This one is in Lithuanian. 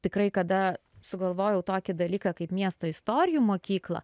tikrai kada sugalvojau tokį dalyką kaip miesto istorijų mokyklą